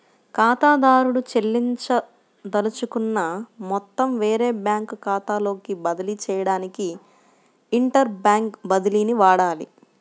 ఖాతాదారుడు చెల్లించదలుచుకున్న మొత్తం వేరే బ్యాంకు ఖాతాలోకి బదిలీ చేయడానికి ఇంటర్ బ్యాంక్ బదిలీని వాడాలి